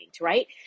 right